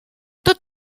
tot